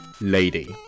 lady